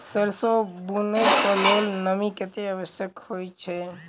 सैरसो बुनय कऽ लेल नमी कतेक आवश्यक होइ छै?